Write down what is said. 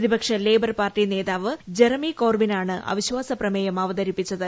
പ്രതിപക്ഷ Labour party നേതാവ് Jeremy കോർബി നാണ് അവിശ്വാസ പ്രമേയം അവതരിപ്പിച്ചത്